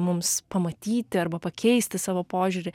mums pamatyti arba pakeisti savo požiūrį